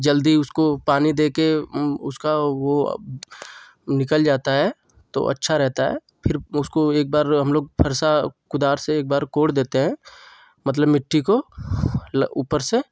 जल्दी उसको पानी दे कर उसका वो निकल जाता है तो अच्छा रहता है फिर उसको एक बार हम लोग फरसा कुदार से एक बार कोर देते हैं मतलब मिट्टी को ल ऊपर से